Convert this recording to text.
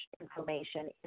information